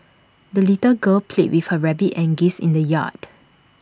the little girl played with her rabbit and geese in the yard